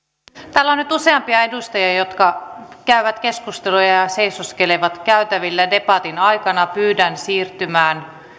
täällä on nyt useampia edustajia jotka käyvät keskusteluja ja seisoskelevat käytävillä debatin aikana pyydän siirtymään